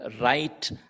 right